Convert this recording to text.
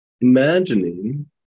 imagining